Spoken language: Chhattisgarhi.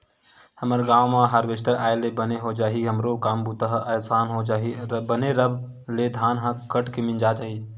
हमर गांव म हारवेस्टर आय ले बने हो जाही हमरो काम बूता ह असान हो जही बने रब ले धान ह कट के मिंजा जाही